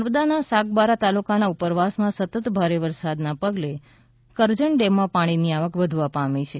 નર્મદાના સાગબારા તાલુકાના ઉપરવાસમાં સતત ભારે વરસાદને પગલે કરજણ ડેમમાં પાણીની આવક વધવા પામી છે